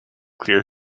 clear